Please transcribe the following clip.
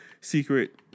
secret